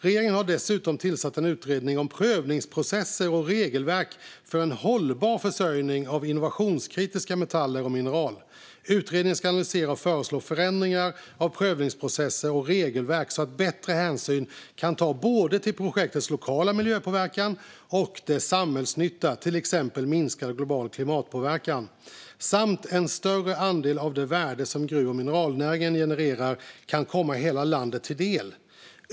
Regeringen har dessutom tillsatt en utredning om prövningsprocesser och regelverk för en hållbar försörjning av innovationskritiska metaller och mineral . Utredningen ska analysera och föreslå förändringar av prövningsprocesser och regelverk så att bättre hänsyn kan tas både till ett projekts lokala miljöpåverkan och dess samhällsnytta, till exempel minskad global klimatpåverkan, samt att en större andel av det värde som gruv och mineralnäringen genererar kan komma hela landet till del.